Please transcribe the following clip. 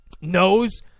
knows